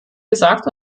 gesagt